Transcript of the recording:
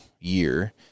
year